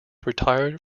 retired